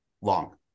long